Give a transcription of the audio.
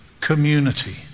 community